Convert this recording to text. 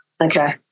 Okay